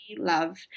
love